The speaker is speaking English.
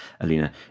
Alina